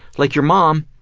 like your mom,